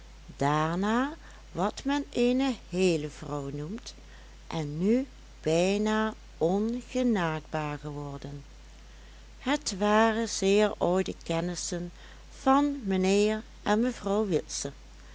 daarna wat men eene heele vrouw noemt en nu bijna ongenaakbaar geworden het waren zeer oude kennissen van mijnheer en mevrouw witse